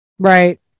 Right